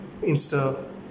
Insta